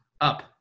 Up